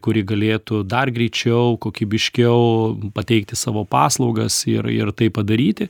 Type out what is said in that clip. kuri galėtų dar greičiau kokybiškiau pateikti savo paslaugas ir ir tai padaryti